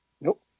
Nope